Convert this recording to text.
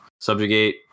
subjugate